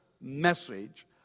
message